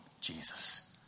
Jesus